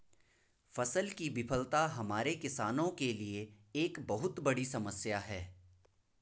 फसल की विफलता हमारे किसानों के लिए एक बहुत बड़ी समस्या है